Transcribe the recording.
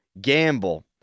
gamble